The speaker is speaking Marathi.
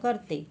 करते